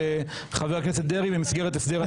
חבר הכנסת דרעי במסגרת הסדר הטיעון.